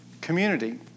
Community